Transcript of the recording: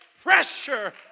pressure